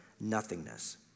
nothingness